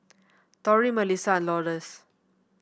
Torey Mellisa Lourdes